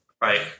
Right